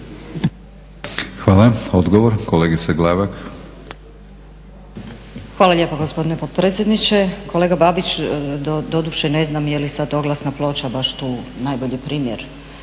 Glavak. **Glavak, Sunčana (HDZ)** Hvala lijepa gospodine potpredsjedniče. Kolega Babić doduše ne znam je li sad oglasna ploča baš tu najbolji primjer